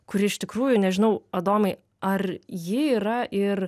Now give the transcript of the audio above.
kuri iš tikrųjų nežinau adomai ar ji yra ir